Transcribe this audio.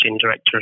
director